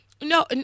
no